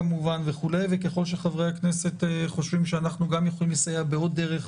ככל שחברי הכנסת חושבים שאנחנו יכולים לסייע בעוד דרך